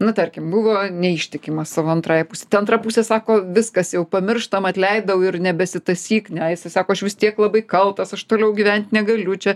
na tarkim buvo neištikimas savo antrajai pusei ta antra pusė sako viskas jau pamirštam atleidau ir nebesitąsyk ne jis vis sako aš vis tiek labai kaltas aš toliau gyvent negaliu čia